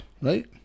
right